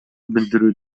билдирүү